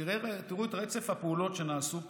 תראו את רצף הפעולות שנעשו פה.